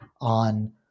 on